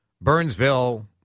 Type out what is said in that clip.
Burnsville